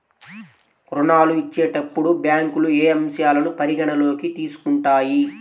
ఋణాలు ఇచ్చేటప్పుడు బ్యాంకులు ఏ అంశాలను పరిగణలోకి తీసుకుంటాయి?